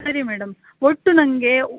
ಸರಿ ಮೇಡಮ್ ಒಟ್ಟು ನನ್ಗೆ